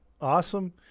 awesome